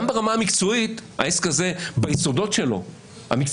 גם ברמה המקצועית העסק הזה ביסודות שלו המקצועיים